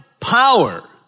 power